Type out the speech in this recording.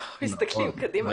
נכון.